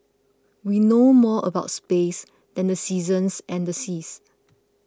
we know more about space than the seasons and the seas